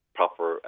proper